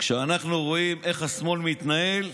כשאנחנו רואים איך השמאל מתנהל,